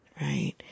right